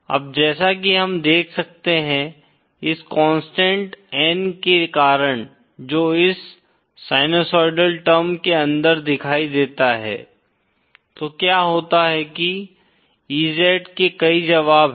अब जैसा कि हम देख सकते हैं इस कांस्टेंट n के कारण जो इस साइनसॉइडल टर्म के अंदर दिखाई देता है तो क्या होता है कि EZ के कई जवाब हैं